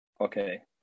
Okay